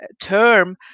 term